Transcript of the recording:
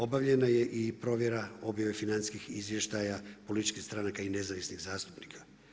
Obavljena je i provjera objava financijskih izvještaja političkih stranaka i nezavisnih zastupnika.